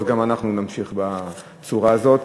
אז גם אנחנו נמשיך בצורה הזאת.